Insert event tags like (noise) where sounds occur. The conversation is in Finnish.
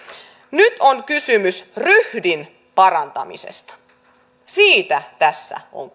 nyt on kysymys ryhdin parantamisesta siitä tässä on (unintelligible)